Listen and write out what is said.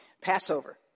Passover